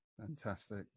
fantastic